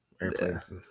airplanes